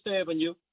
Avenue